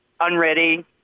unready